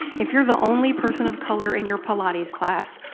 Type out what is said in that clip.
if you're the only person of color in your pilates class,